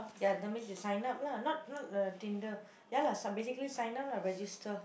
ya that means you sign up lah not not uh Tinder ya lah sa~ basically sign up lah register